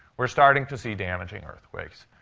we're starting to see damaging earthquakes.